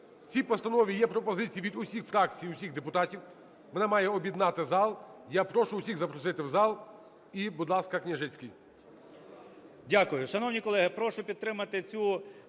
В цій постанові є пропозиції від усіх фракцій і всіх депутатів. Вона має об'єднати зал. Я прошу всіх запросити в зал. І, будь ласка, Княжицький.